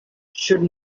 should